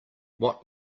what